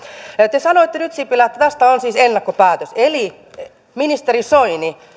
te sanoitte nyt sipilä että tästä on siis ennakkopäätös eli ministeri soini